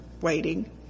waiting